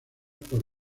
por